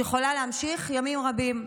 שיכולה להמשיך ימים רבים.